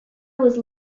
was